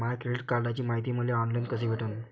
माया credit कार्डची मायती मले ऑनलाईन कसी भेटन?